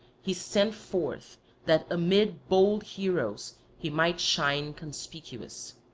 he sent forth that amid bold heroes he might shine conspicuous.